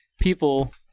people